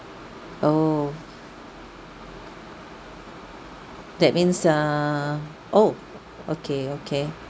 oh that means err oh okay okay